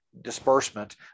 disbursement